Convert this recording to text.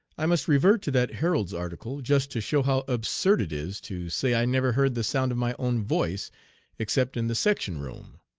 i must revert to that herald's article just to show how absurd it is to say i never heard the sound of my own voice except in the section-room.